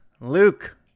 Luke